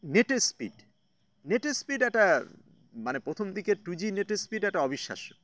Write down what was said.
নেটের স্পিড নেটের স্পিড একটা মানে প্রথম দিকে টু জি নেটের স্পিড একটা অবিশ্বাস্য